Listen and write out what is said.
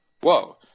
Whoa